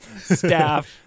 Staff